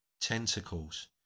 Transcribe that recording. tentacles